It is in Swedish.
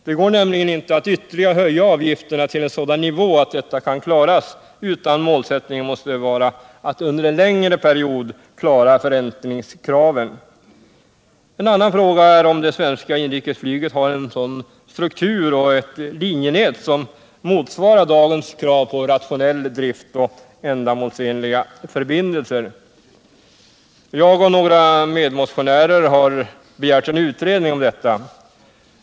Det går nämligen inte att ytterligare höja avgifterna till en sådan nivå att detta kan klaras, utan målsättningen måste vara att under en längre period klara förräntningskraven. En annan fråga är om det svenska inrikesflyget har en sådan struktur och ett sådant linjenät som motsvarar dagens krav på rationell drift och ändamålsenliga förbindelser. Jag och några medmotionärer har begärt en utredning om detta.